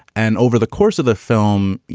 and over the course of the film,